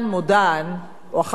או אחת מההוצאות האלה,